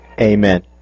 Amen